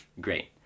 great